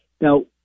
Now